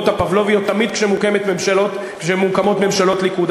הפבלוביות תמיד כשמוקמות ממשלות ליכוד.